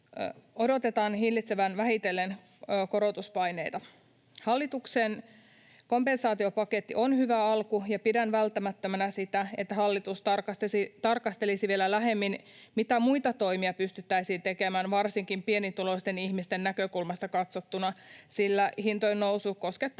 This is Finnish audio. odotetaan hillitsevän vähitellen korotuspaineita. Hallituksen kompensaatiopaketti on hyvä alku, ja pidän välttämättömänä sitä, että hallitus tarkastelisi vielä lähemmin, mitä muita toimia pystyttäisiin tekemään, varsinkin pienituloisten ihmisten näkökulmasta katsottuna, sillä hintojen nousu koskettaa